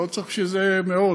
לא צריך בשביל זה מאות,